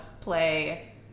play